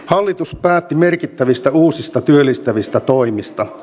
hallitus päätti merkittävistä uusista työllistävistä toimista